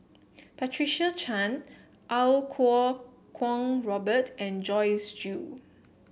Patricia Chan Iau Kuo Kwong Robert and Joyce Jue